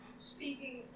Speaking